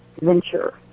venture